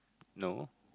no